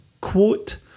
Quote